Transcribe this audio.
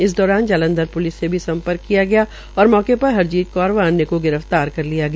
इस दौरान जांलधर प्लिस से भी सम्पर्क किया गया और मौके पर हरजीत कौर व अन्य को गिरफ्तार किया गया